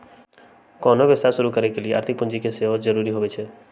कोनो व्यवसाय शुरू करे लेल आर्थिक पूजी के सेहो जरूरी होइ छै